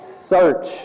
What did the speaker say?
Search